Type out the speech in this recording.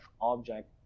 object